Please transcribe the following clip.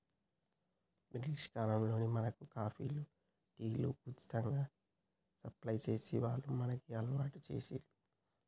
British కాలంలో మనకు కాఫీలు, టీలు ఉచితంగా సప్లై చేసి వాళ్లు మనకు అలవాటు చేశిండ్లు